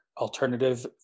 alternative